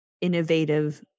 innovative